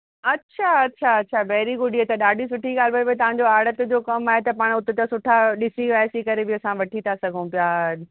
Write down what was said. अच्छा अच्छा अच्छा वैरी गुड इयं त ॾाढी सुठी ॻाल्हि भई भई तव्हांजो आड़स जो कमु आहे त पाणि हुते त सुठा ॾिसी विसी करे बि असां वठी था सघूं पिया